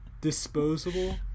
disposable